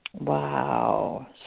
Wow